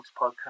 podcast